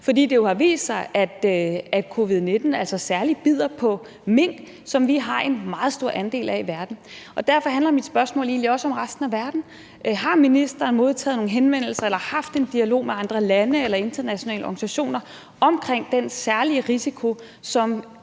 jo har vist sig, at covid-19 særlig bider på mink, som vi har en meget stor andel af i verden. Derfor handler mit spørgsmål egentlig også om resten af verden. Har ministeren modtaget nogen henvendelser eller haft en dialog med andre lande eller internationale organisationer om den særlige risiko,